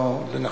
לא לנחש.